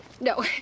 No